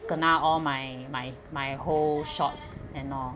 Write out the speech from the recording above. kena all my my my whole shorts and all